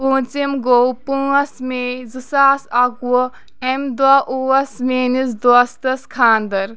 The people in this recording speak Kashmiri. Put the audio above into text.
پونٛژم گو پانٛژھ میے زٕ ساس اکہٕ وُہ امہِ دۄہ اوس میٲنس دوستس خاندَر